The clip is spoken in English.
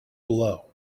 below